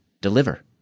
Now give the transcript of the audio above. deliver